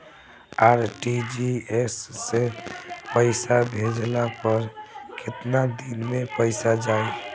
RTGS से पईसा भेजला पर केतना दिन मे पईसा जाई?